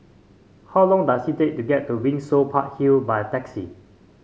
how long does it take to get to Windsor Park Hill by taxi